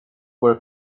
were